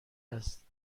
است